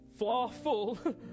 flawful